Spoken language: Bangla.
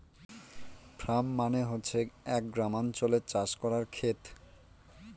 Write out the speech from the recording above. ফার্ম মানে হচ্ছে এক গ্রামাঞ্চলে চাষ করার খেত